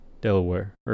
Delaware